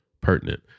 pertinent